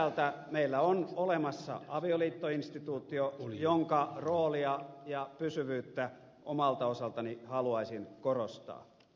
yhtäältä meillä on olemassa avioliittoinstituutio jonka roolia ja pysyvyyttä omalta osaltani haluaisin korostaa